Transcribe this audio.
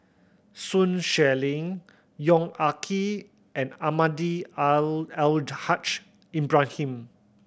Sun Xueling Yong Ah Kee and Almahdi Al Haj Ibrahim